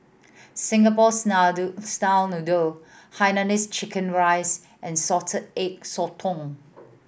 Singapore style noodle hainanese chicken rice and Salted Egg Sotong